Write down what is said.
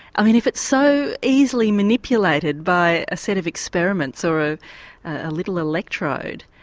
i mean if it's so easily manipulated by a set of experiments or ah a little electrode,